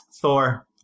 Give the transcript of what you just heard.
Thor